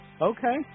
Okay